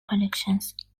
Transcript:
collections